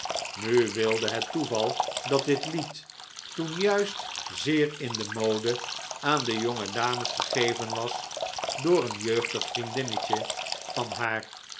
nu wilde het toeval dat dit lied toen juist zeer in de mode aan de jonge dames gegeven was door een jeugdig vriendinnetje van haar